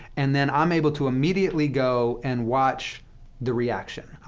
and then i'm able to immediately go and watch the reaction.